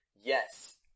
yes